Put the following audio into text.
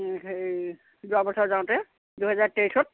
সেই যোৱা বছৰ যাওঁতে দুহেজাৰ তেইছত